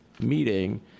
meeting